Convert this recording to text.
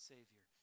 Savior